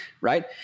right